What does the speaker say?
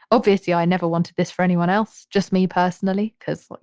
obviously, i never wanted this for anyone else. just me personally, because, you